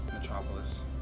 Metropolis